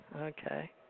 Okay